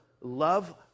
love